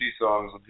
songs